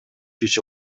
иши